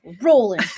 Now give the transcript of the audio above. Rolling